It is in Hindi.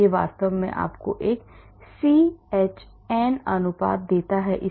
यह वास्तव में यह आपको एक CHN अनुपात देता है